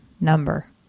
number